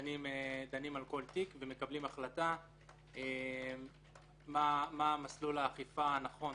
דנים על כל תיק ומקבלים החלטה מה מסלול האכיפה הנכון.